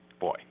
Boy